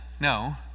No